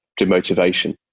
demotivation